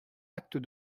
acte